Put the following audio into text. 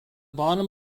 bottom